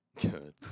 Good